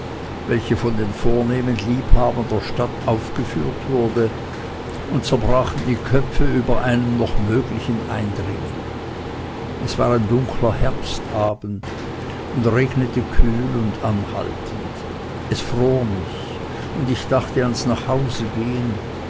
welche von den vornehmen liebhabern der stadt aufgeführt wurde und zerbrachen die köpfe über einem noch möglichen eindringen es war ein dunkler herbstabend und regnete kühl und anhaltend es fror mich und ich dachte ans nachhausegehen